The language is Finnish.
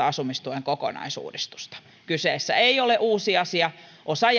asumistuen kokonaisuudistusta kyseessä ei ole uusi asia vaan osa